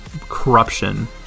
corruption